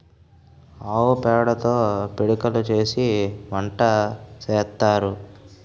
ఆవు పేడతో పిడకలు చేసి వంట సేత్తారు